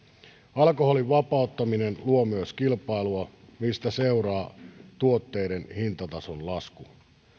alkoholin vapauttaminen luo myös kilpailua mistä seuraa tuotteiden hintatason lasku